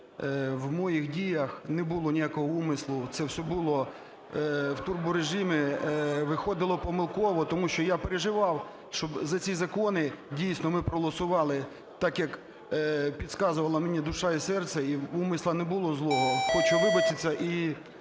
В моїх діях не було ніякого умислу, це все було в турборежимі, виходило помилково, тому що я переживав, щоб за ці закони дійсно ми проголосували так, як підказували мені душа і серце, і умислу не було злого. Хочу вибачитись і